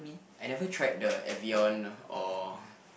I never tried the Evian or